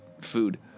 food